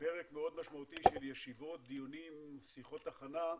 פרק מאוד משמעותי של ישיבות, דיונים, שיחות הכנה,